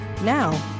Now